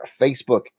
Facebook